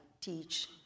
teach